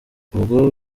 ubwo